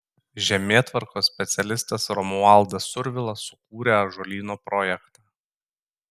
žemėtvarkos specialistas romualdas survila sukūrė ąžuolyno projektą